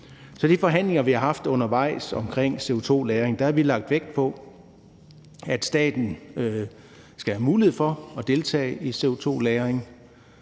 I de forhandlinger, vi har haft undervejs, omkring CO2-lagring, har vi lagt vægt på, at staten skal have mulighed for at deltage i CO2-lagring,